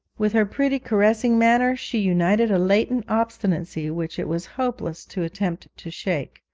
with her pretty caressing manner she united a latent obstinacy which it was hopeless to attempt to shake.